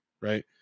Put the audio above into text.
Right